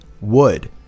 wood